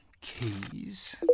keys